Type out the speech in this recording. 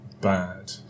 Bad